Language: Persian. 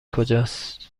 کجاست